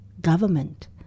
government